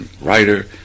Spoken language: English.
writer